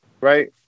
right